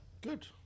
Good